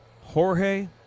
Jorge